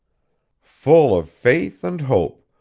full of faith and hope,